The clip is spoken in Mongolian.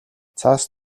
цас